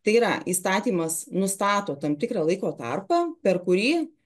tai yra įstatymas nustato tam tikrą laiko tarpą per kurį